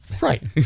right